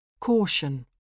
Caution